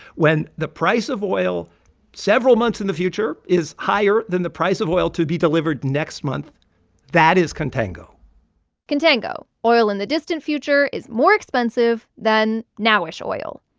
when the price of oil several months in the future is higher than the price of oil to be delivered next month that is contango contango oil in the distant future is more expensive than now-ish oil.